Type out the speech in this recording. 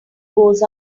goes